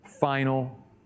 final